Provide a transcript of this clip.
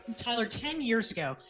tyler ten years ago,